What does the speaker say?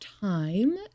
time